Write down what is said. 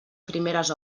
primeres